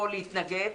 או להתנגד,